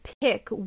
pick